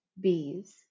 bees